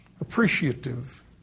appreciative